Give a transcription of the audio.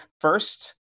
first